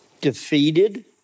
defeated